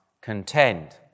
contend